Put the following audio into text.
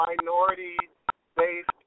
minority-based